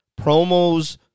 promos